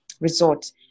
resort